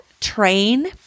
train